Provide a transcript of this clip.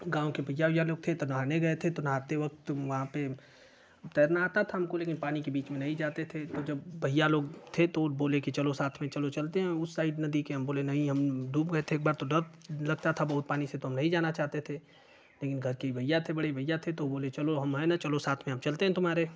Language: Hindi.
गाँव के भैया उइया लोग थे तो नहाने गये थे तो नहाते वक्त वहाँ पर तैरना आता था हमको लेकिन पानी के बीच में नहीं जाते थे तो जब भैया लोग थे तो बोले चलो साथ में चलो चलते हैं उस साइड नदी के हम बोले नहीं हम डूब गये थे एक बार तो डर लगता था बहुत पानी से तो हम नहीं जाना चाहते थे लेकिन काहे की भैया थे बड़े भैया थे तो बोले चलो हम हैं न चलो साथ में हम चलते हैं तुम्हारे